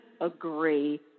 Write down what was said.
agree